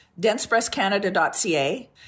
densebreastcanada.ca